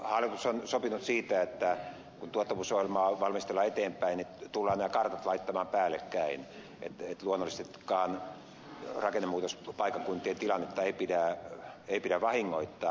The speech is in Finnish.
hallitus on sopinut siitä että kun tuottavuusohjelmaa valmistellaan eteenpäin tullaan nämä kartat laittamaan päällekkäin että luonnollisestikaan rakennemuutospaikkakuntien tilannetta ei pidä vahingoittaa